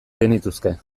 genituzke